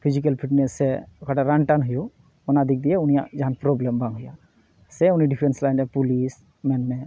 physical fitness ᱥᱮ ᱚᱠᱟᱴᱟᱜ ᱨᱟᱱ ᱴᱟᱨᱢ ᱦᱩᱭᱩᱜ ᱚᱱᱟ ᱫᱤᱠᱫᱤᱭᱮ ᱩᱱᱤᱭᱟᱜ ᱡᱟᱦᱟᱱ ᱯᱨᱚᱵᱽᱞᱮᱢ ᱵᱟᱝ ᱦᱩᱭᱩᱜᱼᱟ ᱥᱮ ᱩᱱᱤ ᱰᱤᱯᱷᱮᱱᱥ ᱞᱟᱭᱤᱱᱨᱮ ᱯᱩᱞᱤᱥ ᱢᱮᱱᱢᱮ